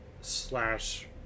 slash